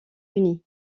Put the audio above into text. unis